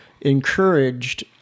encouraged